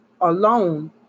alone